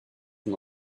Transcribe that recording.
son